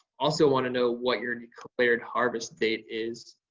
also want to know what your declared harvest date is?